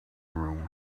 room